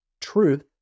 truth